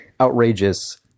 outrageous